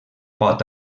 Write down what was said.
pot